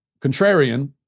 contrarian